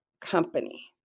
company